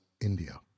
India